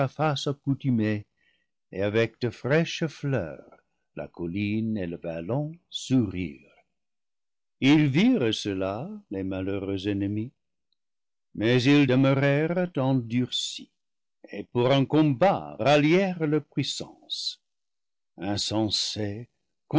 et avec de fraîches fleurs la colline et le vallon sourirent ils virent cela les malheureux ennemis mais ils demeurè rent endurcis et pour un combat rallièrent leurs puissan